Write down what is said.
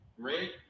Great